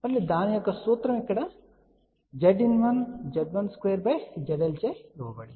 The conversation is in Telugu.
మరియు దాని యొక్క సూత్రం ఇక్కడ నుండి చూస్తున్న Zin1 Z12ZL చే ఇవ్వబడింది